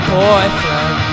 boyfriend